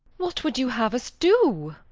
what would you have us do?